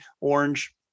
Orange